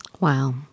Wow